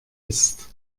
ist